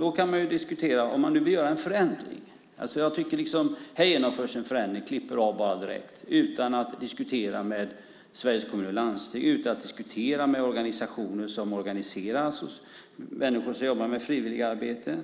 Man kan ju diskutera om man vill göra en förändring. Här genomförs en förändring. Man klipper bara av direkt utan att diskutera med Sveriges Kommuner och Landsting, utan att diskutera med de organisationer som organiserar människor som utför frivilligt arbete.